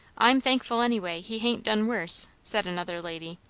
i'm thankful, anyway, he hain't done worse, said another lady.